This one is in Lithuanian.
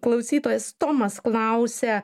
klausytojas tomas klausia